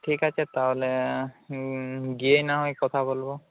ঠিক আছে তাহলে হুম গিয়েই নাহয় কথা বলবো